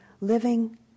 living